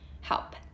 help